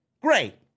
Great